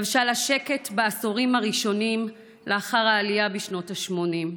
לבשה לה שקט בעשורים הראשונים לאחר העלייה בשנות השמונים.